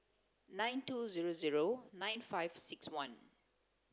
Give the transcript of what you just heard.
nine two nine five six one